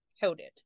coded